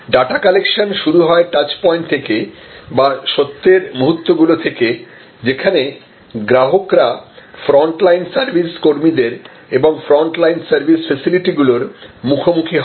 data collection শুরু হয় touch point থেকে বা সত্যের মুহূর্তগুলো থেকে যেখানে গ্রাহকরা ফ্রন্টলাইন সার্ভিস কর্মীদের এবং ফ্রন্ট লাইন সার্ভিস ফেসিলিটি গুলোর মুখোমুখি হয়